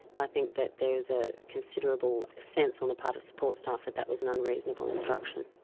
i think that there is a considerable sense on the part of support staff that that was an unreasonable instruction.